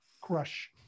crush